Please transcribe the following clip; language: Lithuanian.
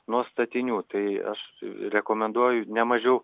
nuo statinių tai aš rekomenduoju ne mažiau